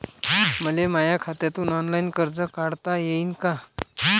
मले माया खात्यातून ऑनलाईन कर्ज काढता येईन का?